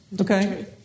Okay